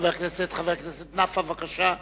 חבר הכנסת נפאע, בבקשה.